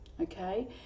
okay